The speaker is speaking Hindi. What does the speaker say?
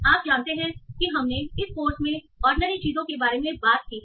आप जानते हैं कि हमने इस कोर्स में ऑर्डिनरी चीजों के बारे में बात की है